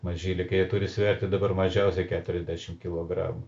mažyliai kai jie turi sverti dabar mažiausiai keturiasdešim kilogramų